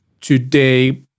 today